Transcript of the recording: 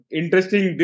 interesting